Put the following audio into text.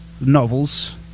novels